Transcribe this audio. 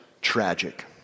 tragic